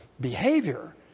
behavior